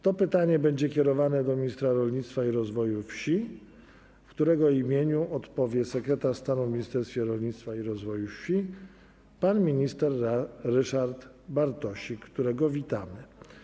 To pytanie będzie kierowane do ministra rolnictwa i rozwoju wsi, w którego imieniu odpowie sekretarz stanu w Ministerstwie Rolnictwa i Rozwoju Wsi pan minister Ryszard Bartosik, którego witamy.